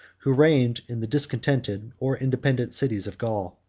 who reigned in the discontented, or independent, cities of gaul.